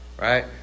right